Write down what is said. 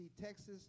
Texas